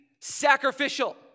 sacrificial